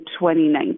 2019